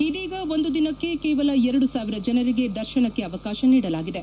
ಇದೀಗ ಒಂದು ದಿನಕ್ಕೆ ಕೇವಲ ಎರಡು ಸಾವಿರ ಜನರಿಗೆ ದರ್ಶನಕ್ಕೆ ಅವಕಾಶ ನೀಡಲಾಗಿದೆ